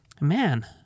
Man